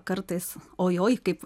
kartais ojoj kaip